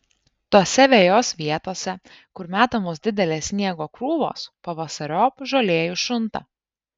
tose vejos vietose kur metamos didelės sniego krūvos pavasariop žolė iššunta